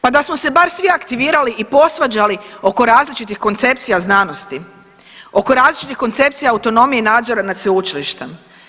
Pa da smo se bar svi aktivirali i posvađali oko različitih koncepcija znanosti, oko različitih koncepcija autonomije i nadzora nad sveučilištem.